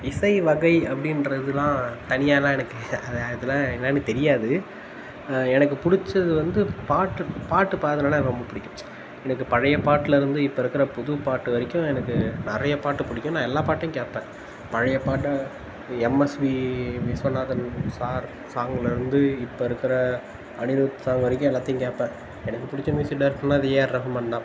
இசை வகை அப்படின்றதுலாம் தனியாலாம் எனக்கு அது அதெலாம் என்னென்னு தெரியாது எனக்கு பிடிச்சது வந்து பாட்டு பாட்டு பாடுதுன்னா எனக்கு ரொம்ப இடிக்கும் எனக்கு பழைய பாட்டில் இருந்து இப்போ இருக்கிற புது பாட்டு வரைக்கும் எனக்கு நிறையா பாட்டு பிடிக்கும் நான் எல்லா பாட்டையும் கேட்பேன் பழைய பாட்டா எம்எஸ்வி விஸ்வநாதன் சார் சாங்கில் இருந்து இப்போ இருக்கிற அனிரூத் சாங்கு வரைக்கும் எல்லாத்தையும் கேட்பேன் எனக்கு பிடிச்ச மியூசிக் டேரக்டருன்னா அது ஏஆர் ரஹ்மான் தான்